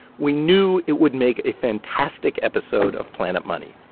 we knew it would make a fantastic episode of planet money.